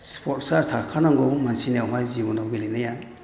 स्पर्ट्सआ थाखानांगौ मानसिनियावहाय जिबनाव गेलेनाया